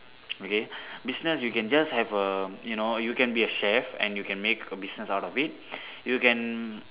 okay business you can just have a you know you can be a chef and you can make a business out of it you can